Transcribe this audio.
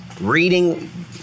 Reading